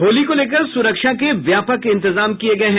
होली को लेकर सुरक्षा के व्यापक इंतजाम किये गये है